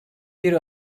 bir